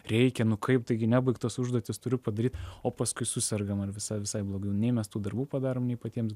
reikia nu kaip taigi nebaigtos užduotys turiu padaryt o paskui susergam ar visa visai blogai jau nei mes tų darbų padarom nei patiems